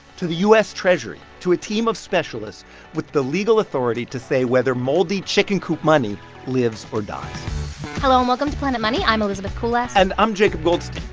to the u s. treasury, to a team of specialists with the legal authority to say whether moldy chicken coop money lives or dies hello, and welcome to planet money. i'm elizabeth kulas and i'm jacob goldstein.